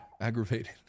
Aggravated